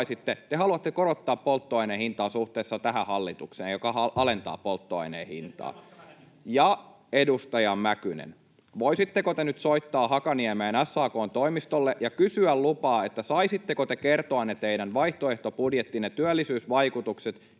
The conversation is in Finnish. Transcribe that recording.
te haluatte korottaa polttoaineen hintaa suhteessa tähän hallitukseen, joka alentaa polttoaineen hintaa. [Matias Mäkynen: Mites työmatkavähennys?] — Ja edustaja Mäkynen, voisitteko te nyt soittaa Hakaniemeen SAK:n toimistolle ja kysyä lupaa, saisitteko te kertoa ne teidän vaihtoehtobudjettinne työllisyysvaikutukset,